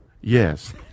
yes